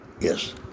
Yes